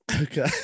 Okay